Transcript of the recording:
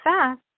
fast